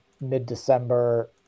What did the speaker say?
mid-December